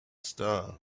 star